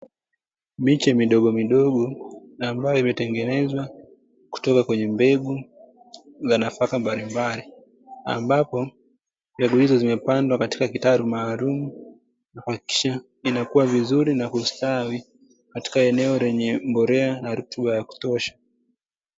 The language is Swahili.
Miche midogomidogo ambayo imetengenezwa kutoka kwenye mbegu za nafaka mbalimbali, ambapo mbegu hizo zimepandwa katika kitalu maalumu, kuhakikisha inakua vizuri na kustawi, katika eneo lenye mbolea na rutuba ya kutosha.